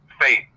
faith